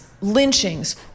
lynchings